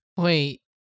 Wait